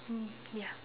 mm ya